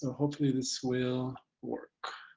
hopefully this will work.